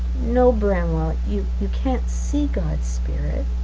no bramwell, you you can't see god's spirit.